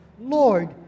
Lord